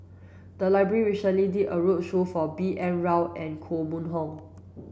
the library recently did a roadshow for B N Rao and Koh Mun Hong